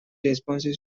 responses